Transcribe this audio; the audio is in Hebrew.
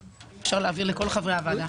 אם אפשר להעביר אותו לכל חברי הוועדה.